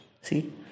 See